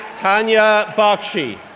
tanya bakshi,